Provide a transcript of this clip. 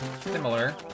similar